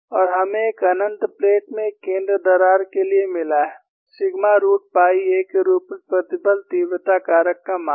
और हमें एक अनंत प्लेट में एक केंद्र दरार के लिए मिला है सिग्मा रूट पाई a के रूप में प्रतिबल तीव्रता कारक का मान